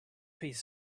piece